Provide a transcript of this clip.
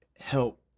help